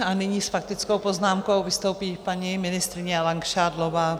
A nyní s faktickou poznámkou vystoupí paní ministryně Langšádlová.